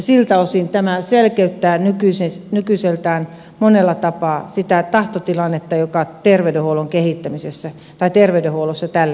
siltä osin tämä selkeyttää nykyiseltään monella tapaa sitä tahtotilannetta joka terveydenhuollossa tällä hetkellä on